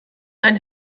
einen